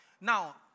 Now